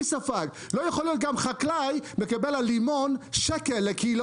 לא יכול להיות גם שחקלאי מקבל על לימון שקל לקילו